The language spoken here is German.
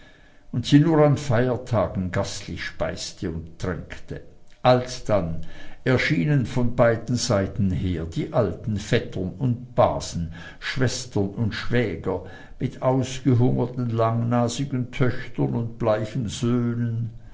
und sie nur an feiertagen gastlich speiste und tränkte alsdann erschienen von beiden seiten her die alten vettern und basen schwestern und schwäger mit ausgehungerten langnasigen töchtern und bleichen söhnen